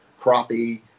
crappie